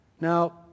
Now